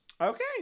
Okay